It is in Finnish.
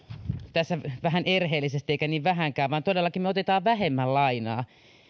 tässä vähän erheellisesti eikä niin vähänkään eli todellakin me otamme vähemmän lainaa